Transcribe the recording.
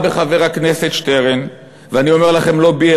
בחבר הכנסת שטרן" ואני אומר לכם: לא בי,